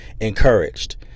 encouraged